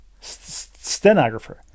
Stenographer